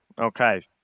Okay